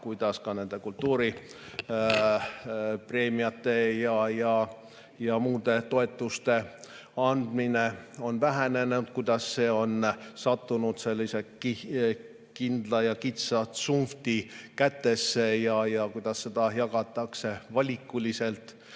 kuidas ka kultuuripreemiate ja muude toetuste andmine on vähenenud, kuidas see on sattunud sellise kindla ja kitsa tsunfti kätesse ja kuidas neid jagatakse valikuliselt.